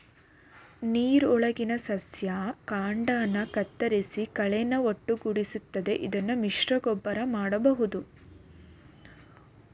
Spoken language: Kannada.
ನೀರೊಳಗಿನ ಸಸ್ಯ ಕಾಂಡನ ಕತ್ತರಿಸಿ ಕಳೆನ ಒಟ್ಟುಗೂಡಿಸ್ತದೆ ಇದನ್ನು ಮಿಶ್ರಗೊಬ್ಬರ ಮಾಡ್ಬೋದು